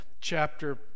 chapter